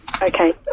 Okay